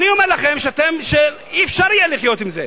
אני אומר לכם שאי-אפשר יהיה לחיות עם זה.